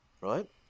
right